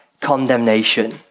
condemnation